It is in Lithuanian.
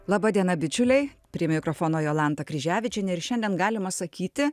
laba diena bičiuliai prie mikrofono jolanta kryževičienė ir šiandien galima sakyti